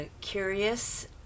curious